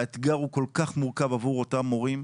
האתגר הוא כל כך מורכב עבור אותם הורים.